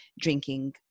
drinking